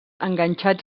enganxats